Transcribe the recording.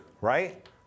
right